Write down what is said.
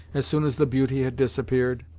as soon as the beauty had disappeared.